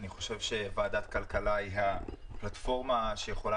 אני חושב שוועדת הכלכלה היא הפלטפורמה שיכולה